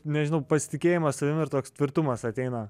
nežinau pasitikėjimas savim ir toks tvirtumas ateina